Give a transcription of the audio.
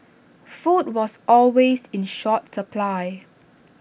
food was always in short supply